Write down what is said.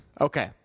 Okay